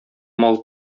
мал